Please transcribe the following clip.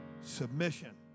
Submission